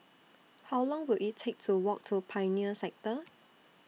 How Long Will IT Take to Walk to Pioneer Sector